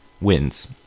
wins